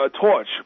torch